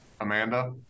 Amanda